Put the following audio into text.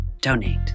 donate